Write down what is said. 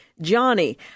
Johnny